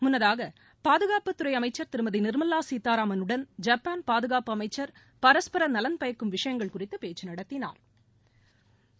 முன்னதாக பாதுகாப்புத்துறை அமைச்ச் திருமதி நிர்மலா கீதாராமனுடனும் ஜப்பான் பாதுகாப்பு அமைச்சா் பரஸ்பர நலன் பயக்கும் விஷயங்கள் குறித்து பேச்சு நடத்தினாா்